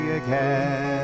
again